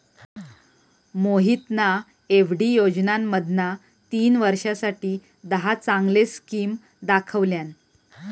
मोहितना एफ.डी योजनांमधना तीन वर्षांसाठी दहा चांगले स्किम दाखवल्यान